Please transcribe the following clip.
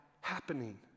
happening